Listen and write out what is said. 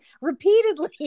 repeatedly